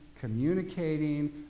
communicating